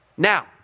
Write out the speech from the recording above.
now